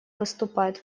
выступает